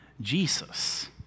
Jesus